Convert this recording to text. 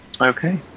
Okay